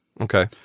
Okay